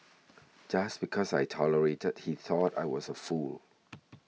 just because I tolerated that he thought I was a fool